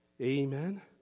Amen